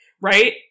right